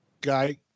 Guy